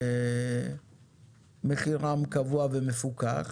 מכירם קבוע ומפוקח.